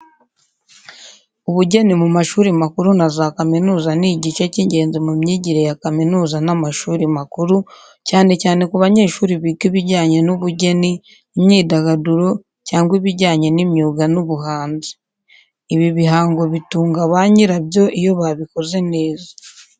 Ubugeni mu mashuri makuru na za kaminuza ni igice cy’ingenzi mu myigire ya kaminuza n’amashuri makuru, cyane cyane ku banyeshuri biga ibijyanye n’ubugeni, imyidagaduro, cyangwa ibijyanye n’imyuga n’ubuhanzi. Ibi bihango bitunga ba nyirabyo iyo babikoze neza.